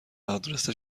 آدرس